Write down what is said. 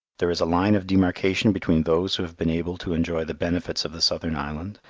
there is a line of demarcation between those who have been able to enjoy the benefits of the southern island,